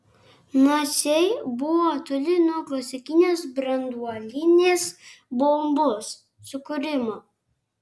naciai buvo toli nuo klasikinės branduolinės bombos sukūrimo